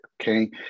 okay